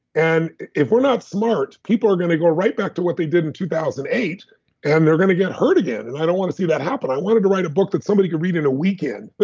and if we're not smart, people are going to go right back to what they did in two thousand and eight and they're going to get hurt again. and i don't want to see that happen. i wanted to write a book that somebody could read in a weekend, but